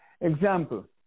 Example